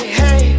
hey